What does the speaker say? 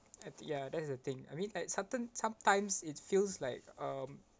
at ya that's the thing I mean like sometim~ sometimes it feels like um